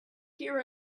here